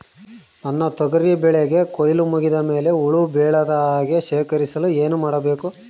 ನನ್ನ ತೊಗರಿ ಬೆಳೆಗೆ ಕೊಯ್ಲು ಮುಗಿದ ಮೇಲೆ ಹುಳು ಬೇಳದ ಹಾಗೆ ಶೇಖರಿಸಲು ಏನು ಮಾಡಬೇಕು?